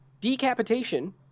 decapitation